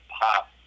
pop